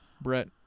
Brett